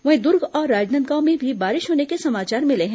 वहीं दुर्ग और राजनांदगांव में भी बारिश होने के समाचार मिले हैं